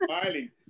smiling